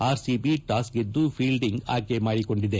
RCB toss ಗೆದ್ದು fielding ಆಯ್ಗೆ ಮಾಡಿಕೊಂಡಿದೆ